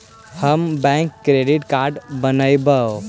हम bank credit card बनैवो?